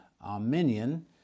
arminian